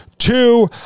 Two